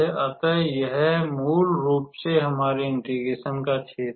अतः यह मूल रूप से हमारे इंटिग्रेशन का क्षेत्र है